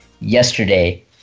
Yesterday